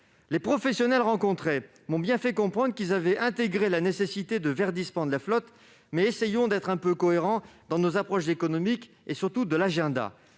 Les professionnels rencontrés m'ont bien fait comprendre qu'ils avaient intégré la nécessité de verdir la flotte. Essayons toutefois d'être un peu cohérents dans nos approches économiques et, surtout, en